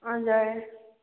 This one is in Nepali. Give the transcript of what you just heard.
हजुर